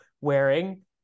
wearing